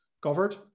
covered